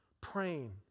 praying